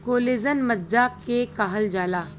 collagen मज्जा के कहल जाला